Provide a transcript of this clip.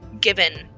given